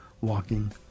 walking